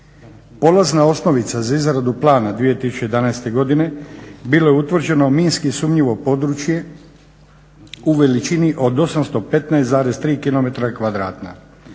Polazna osnovica za izradu plana 2011.godine bilo je utvrđeno minski sumnjivo područje u veličini od 815,3 km2.